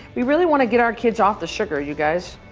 we really wanna get our kids off the sugar, you guys.